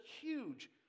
huge